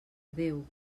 adéu